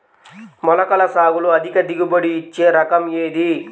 మొలకల సాగులో అధిక దిగుబడి ఇచ్చే రకం ఏది?